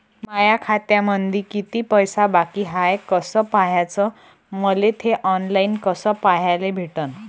माया खात्यामंधी किती पैसा बाकी हाय कस पाह्याच, मले थे ऑनलाईन कस पाह्याले भेटन?